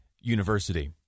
University